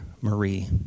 Marie